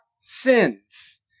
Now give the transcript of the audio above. sins